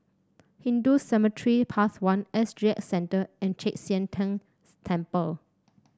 Hindu Cemetery Path one S G X Centre and Chek Sian Tng Temple